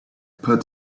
put